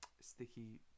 sticky